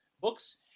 books